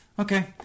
Okay